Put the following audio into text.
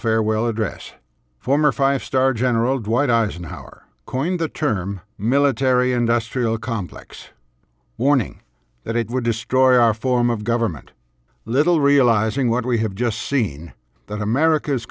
farewell address former five star general dwight eisenhower coined the term military industrial complex warning that it would destroy our form of government little realizing what we have just seen that america's